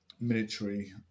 military